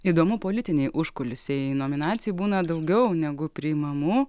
įdomu politiniai užkulisiai nominacijų būna daugiau negu priimamų